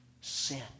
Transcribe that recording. sin